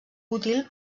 útil